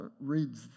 reads